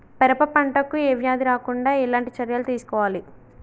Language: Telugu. పెరప పంట కు ఏ వ్యాధి రాకుండా ఎలాంటి చర్యలు తీసుకోవాలి?